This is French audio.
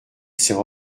s’est